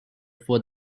for